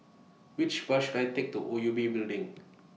Which Bus should I Take to O U B Building